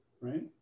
right